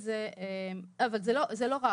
זה לא רק.